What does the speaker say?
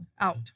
out